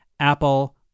Apple